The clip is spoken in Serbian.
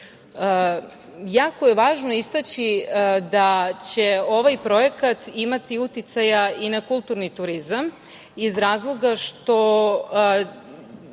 je važno istaći da će ovaj projekat imati uticaja i na kulturni turizam iz razloga što